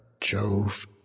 Jove